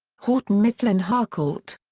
houghton mifflin harcourt.